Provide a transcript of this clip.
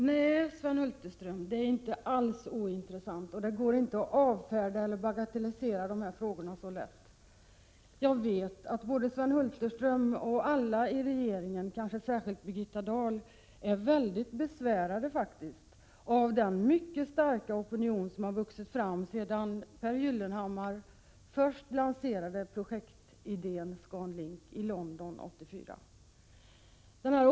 Herr talman! Nej, Sven Hulterström, allt annat är inte alls ointressant, och det går inte att avfärda eller bagatellisera dessa frågor så lätt. Jag vet att Sven Hulterström och alla andra i regeringen, kanske särskilt Birgitta Dahl, är väldigt besvärade av den mycket starka opinion som vuxit fram sedan Pehr Gyllenhammar i London 1984 först lanserade projektidén ScanLink.